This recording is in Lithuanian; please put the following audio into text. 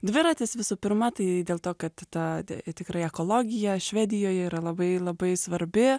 dviratis visų pirma tai dėl to kad ta tikrai ekologija švedijoj yra labai labai svarbi